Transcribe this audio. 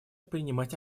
принимать